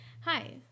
Hi